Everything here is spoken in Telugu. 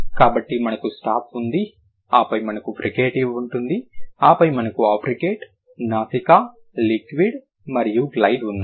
కాబట్టి మనకు స్టాప్ ఉంది ఆపై మనకు ఫ్రికేటివ్ ఉంటుంది ఆపై మనకు అఫ్రికేట్ నాసికా లిక్విడ్ మరియు గ్లైడ్ ఉన్నాయి